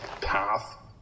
path